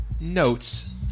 Notes